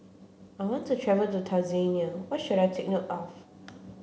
I want to travel to Tanzania what should I take note of